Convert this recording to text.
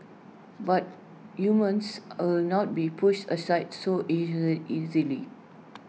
but humans will not be pushed aside so easily easily